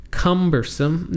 cumbersome